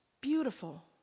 beautiful